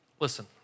Listen